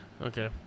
Okay